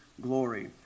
glory